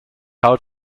how